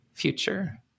future